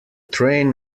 train